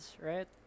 right